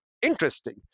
Interesting